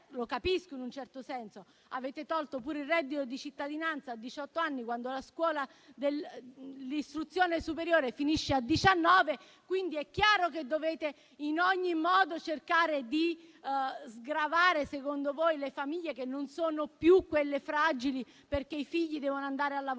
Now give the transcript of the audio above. Lo capisco, in un certo senso: avete tolto pure il reddito di cittadinanza a diciott'anni, quando l'istruzione superiore finisce a diciannove, quindi è chiaro che in ogni modo dovete cercare di sgravare le famiglie, secondo voi. Le famiglie non sono più quelle fragili, perché i figli devono andare a lavorare